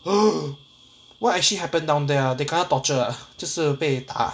what actually happened down there ah they kena torture ah 就是被打 ah